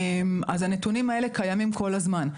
הנתונים האלה קיימים כל הזמן.